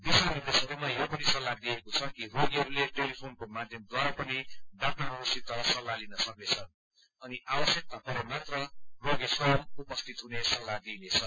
दिशा निर्देशहरूमा यो पनि सल्लाह दिइएको छ कि रोगीहरूले टेलीफोनको माध्यमद्वारा पनि डाक्टरहरूसित सल्लाह लिन सक्नेछन् अनि आवश्यकता परे मात्र रोगी स्वयं उपस्थित हुने सल्लाह दिइनेछ